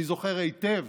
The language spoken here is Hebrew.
אני זוכר היטב,